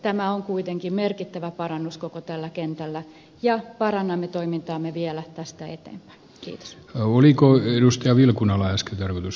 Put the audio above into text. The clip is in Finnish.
tämä on kuitenkin merkittävä parannus koko tällä kentällä ja parannamme toimintaamme vielä tästä että kiitos haulikon edustaja vilkunalla iski eteenpäin